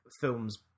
films